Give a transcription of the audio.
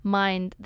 mind